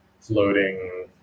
floating